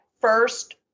First